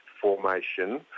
formation